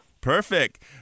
Perfect